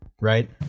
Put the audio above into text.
right